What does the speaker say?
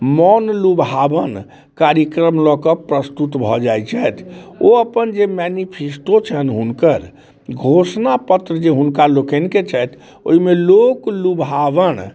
मोन लुभावन कार्यक्रम लऽ कऽ प्रस्तुत भऽ जाइ छथि ओ अपन जे मेनिफिस्टो छनि हुनकर घोषणा पत्र जे छनि हुनका लोकनिके छनि ओइमे लोक लुभावन